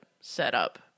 setup